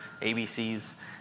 ABCs